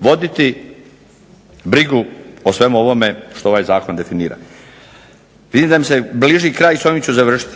voditi brigu o svemu onome što ovaj zakon definira. Vidim da mi se bliži kraj i s ovim ću završiti.